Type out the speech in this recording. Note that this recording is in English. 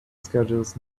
schedules